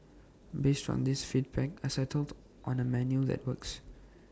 based on these feedback I settled on A menu that works